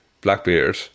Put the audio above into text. Blackbeard